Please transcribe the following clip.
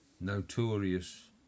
Notorious